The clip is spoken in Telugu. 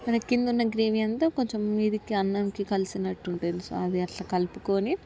మన కింద ఉన్న గ్రేవీ అంతా కొంచెం మీదకు అన్నానికి కలిసినట్టు ఉంటుంది సో అది అట్లా కలుపుకొని